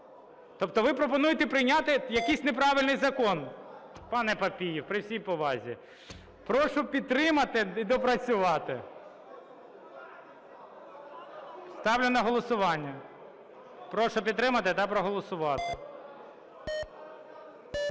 Тобто ви пропонуєте прийняти якийсь неправильний закон, пане Папієв, при всій повазі. Прошу підтримати і допрацювати. Ставлю на голосування. Прошу підтримати та проголосувати.